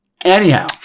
Anyhow